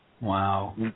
Wow